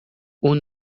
اون